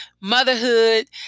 motherhood